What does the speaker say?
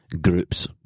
groups